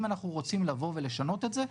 אם אנחנו רוצים לבוא ולשנות את זה,